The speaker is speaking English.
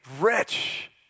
rich